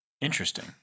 interesting